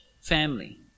family